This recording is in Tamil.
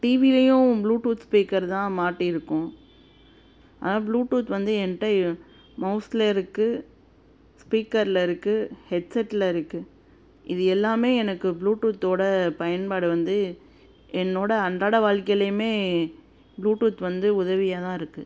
டிவியிலையும் ப்ளூடூத் ஸ்பீக்கர் தான் மாட்டியிருக்கும் அதனால் ப்ளூடூத் வந்து என்ட்ட மௌஸில் இருக்குது ஸ்பீக்கரில் இருக்குது ஹெட்செட்டில் இருக்குது இது எல்லாமே எனக்கு ப்ளூடூத்தோடய பயன்பாடு வந்து என்னோடய அன்றாட வாழ்க்கைலையுமே ப்ளூடூத் வந்து உதவியாக தான் இருக்குது